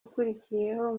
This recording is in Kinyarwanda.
ukurikiyeho